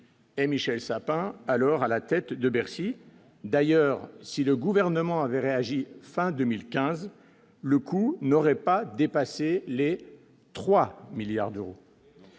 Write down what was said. Et Michel Sapin, alors à la tête de Bercy, d'ailleurs, si le gouvernement avait réagi fin 2015 le coup n'aurait pas dépassé les 3 milliards d'euros.